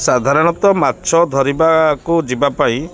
ସାଧାରଣତଃ ମାଛ ଧରିବାକୁ ଯିବା ପାଇଁ